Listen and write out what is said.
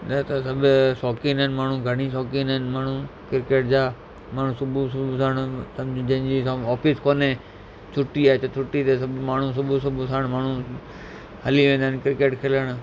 न त सभु शौक़ीन आहिनि माण्हू घणेई शौक़ीन आहिनि माण्हू क्रिकेट जा माण्हू सुबुहु सुबुहु साण सम्झ जें जी ऑफिस कोन्हे छुट्टी आए त छुट्टी ते सम्झ माण्हू सुबु सुबुहु साण माण्हू हली वेंदा आहिनि क्रिकेट खेॾणु